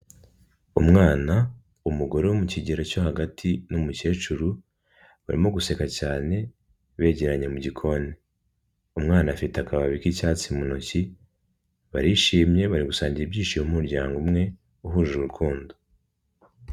Umwana, umugore wo mu kigero cyo hagati n'umukecuru, barimo guseka cyane begeranye mu gikoni, umwana afite akababi k'icyatsi mu ntoki, barishimye bari gusangira ibyishimo nk'umuryango umwe uhuje urukundo.